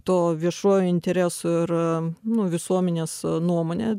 tuo viešuoju interesu ir nu visuomenės nuomone